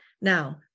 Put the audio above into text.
now